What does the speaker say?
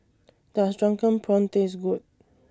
Does Drunken Prawns Taste Good